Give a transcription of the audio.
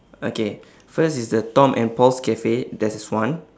okay first is the tom and paul's cafe theirs is one